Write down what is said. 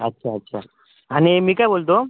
अच्छा अच्छा आणि मी काय बोलतो